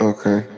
Okay